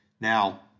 Now